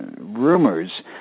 rumors